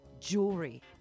jewelry